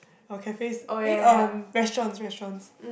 our cafes eh um restaurants restaurants